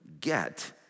get